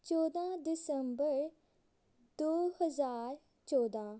ਚੌਦਾਂ ਦਿਸੰਬਰ ਦੋ ਹਜ਼ਾਰ ਚੌਦਾਂ